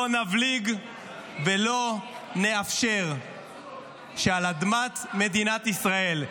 לא נבליג ולא נאפשר שעל אדמת מדינת ישראל,